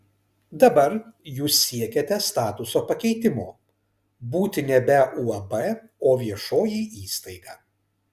dabar jūs siekiate statuso pakeitimo būti nebe uab o viešoji įstaiga